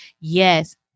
Yes